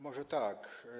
Może tak.